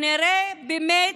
באמת,